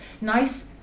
nice